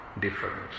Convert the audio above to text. difference